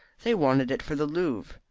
they wanted it for the louvre,